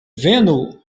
venu